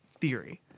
theory